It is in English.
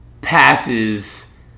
Passes